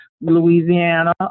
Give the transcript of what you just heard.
Louisiana